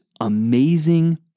amazing